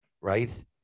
right